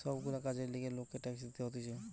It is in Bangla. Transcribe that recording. সব গুলা কাজের লিগে লোককে ট্যাক্স দিতে হতিছে